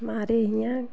हमारे हिआँ